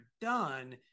done